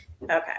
Okay